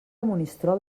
monistrol